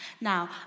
Now